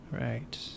Right